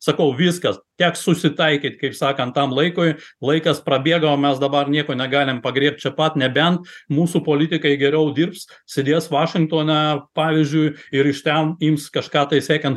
sakau viskas teks susitaikyt kaip sakant tam laikui laikas prabėgo o mes dabar nieko negalim pagriebt čia pat nebent mūsų politikai geriau dirbs sėdės vašingtone pavyzdžiui ir iš ten ims kažką tai siekiant